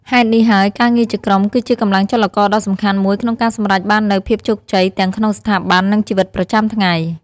ហេតុនេះហើយការងារជាក្រុម គឺជាកម្លាំងចលករដ៏សំខាន់មួយក្នុងការសម្រេចបាននូវភាពជោគជ័យទាំងក្នុងស្ថាប័ន និងជីវិតប្រចាំថ្ងៃ។